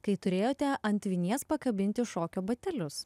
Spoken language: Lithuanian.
kai turėjote ant vinies pakabinti šokio batelius